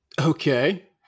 Okay